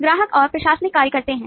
ग्राहक और प्रशासनिक कार्य करते हैं